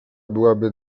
byłaby